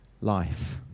life